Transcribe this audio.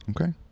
Okay